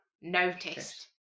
noticed